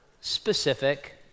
specific